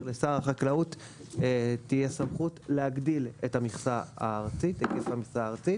לשר החקלאות תהיה סמכות להגדיל את היקף המכסה הארצית.